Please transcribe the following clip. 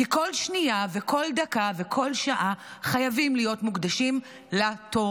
כי כל שנייה וכל דקה וכל שעה חייבות להיות מוקדשות לתורה.